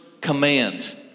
command